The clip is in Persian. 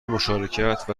مشارکت